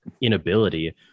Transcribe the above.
Inability